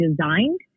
designed